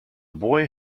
boy